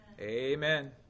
Amen